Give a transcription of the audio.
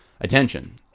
attention